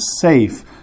safe